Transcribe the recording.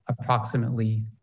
approximately